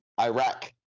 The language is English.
Iraq